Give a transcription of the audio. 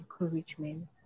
encouragement